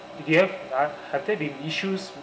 did you have uh have there been issues